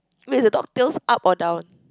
wait is the dog tails up or down